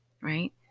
right